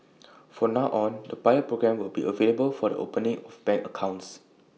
for now on the pilot programme will be available for the opening of bank accounts